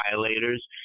violators